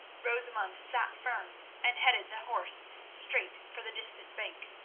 rosamund sat firm and headed the horse straight for the distant bank.